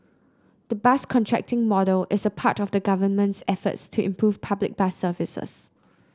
the bus contracting model is part of the Government's efforts to improve public bus services